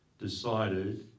decided